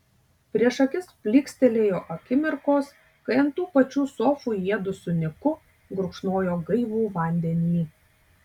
prieš akis plykstelėjo akimirkos kai ant tų pačių sofų jiedu su niku gurkšnojo gaivų vandenį